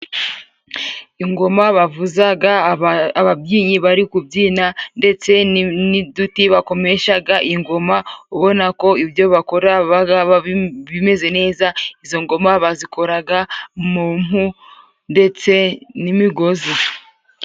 Ingoma bavuzaga ababyini bari kubyina ndetse niduti bakomeshaga ingoma ubona ko ibyo bakora babaga bimeze neza izo ngoma bazikoraga mu mpu ndetse n'imigozi.